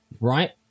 Right